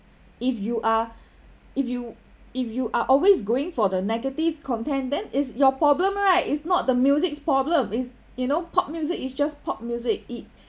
if you are if you if you are always going for the negative content then it's your problem right it's not the music's problem it's you know pop music is just pop music it it